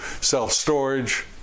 self-storage